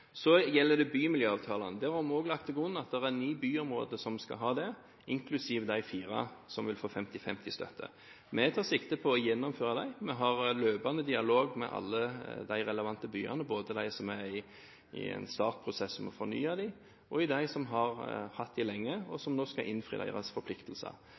Så til bymiljøavtalene. Vi har lagt til grunn at det er ni byområder som skal ha det, inklusiv de fire, som vil få 50:50-støtte. Vi tar sikte på å gjennomføre det. Vi har løpende dialog med alle de relevante byene, både med dem som er i en startprosess om å fornye dem, og med dem som har hatt det lenge, og som skal innfri sine forpliktelser.